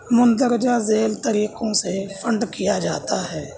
مندرجہ ذیل طریقوں سے فنڈ کیا جاتا ہے